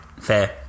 Fair